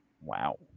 Wow